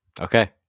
Okay